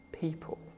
people